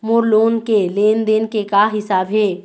मोर loan के लेन देन के का हिसाब हे?